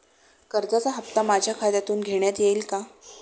कर्जाचा हप्ता माझ्या खात्यातून घेण्यात येईल का?